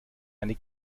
eine